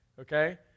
Okay